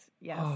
yes